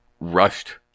rushed